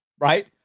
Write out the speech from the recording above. right